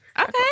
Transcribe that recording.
Okay